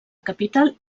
capital